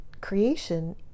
creation